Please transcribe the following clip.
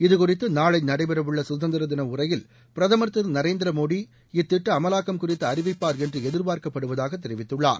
இது குறித்து நாளை நடைபெறவுள்ள சுதந்திர திள உரையில் பிரதமர் திரு நரேந்திர மோடி இத்திட்ட அமலாக்கம் குறித்து அறிவிப்பார் என்று எதிர்பார்க்கப்படுவதாக தெரிவித்துள்ளார்